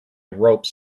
ropes